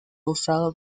usado